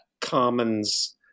commons